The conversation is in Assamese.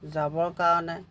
যাবৰ কাৰণে